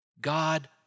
God